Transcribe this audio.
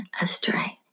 astray